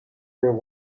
her